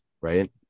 right